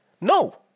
No